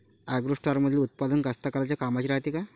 ॲग्रोस्टारमंदील उत्पादन कास्तकाराइच्या कामाचे रायते का?